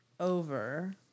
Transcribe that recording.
Over